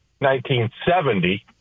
1970